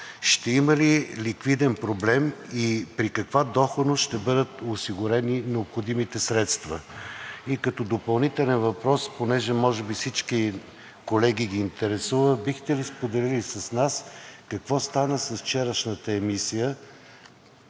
Ще има ли ликвиден проблем и при каква доходност ще бъдат осигурени необходимите средства? И като допълнителен въпрос – понеже може би всички колеги ги интересува, бихте ли споделили с нас какво стана с вчерашната емисия,